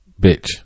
bitch